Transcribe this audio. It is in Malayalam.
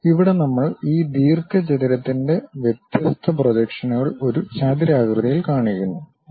ഇവിടെ നമ്മൾ ഈ ദീർഘചതുരത്തിന്റെ വ്യത്യസ്ത പ്രൊജക്ഷനുകൾ ഒരു ചതുരാകൃതിയിൽ കാണിക്കുന്നു Refer Time 2551